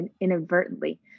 inadvertently